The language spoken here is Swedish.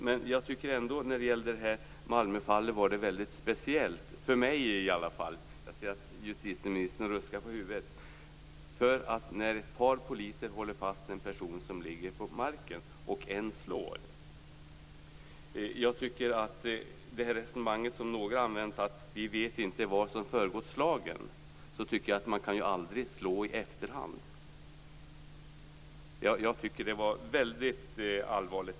Men jag tycker ändå att Malmöfallet var mycket speciellt - jag ser att justitieministern ruskar på huvudet - för det handlade om att ett par poliser höll fast en person som låg på marken medan en annan polis slog. Några har använt resonemanget att man inte vet vad som föregått slagen, men man kan ju aldrig slå i efterhand. Jag tycker att det jag såg var väldigt allvarligt.